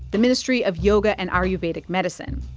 the ministry of yoga and aryurvedic medicine.